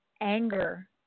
anger